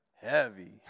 Heavy